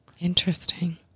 Interesting